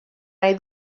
nahi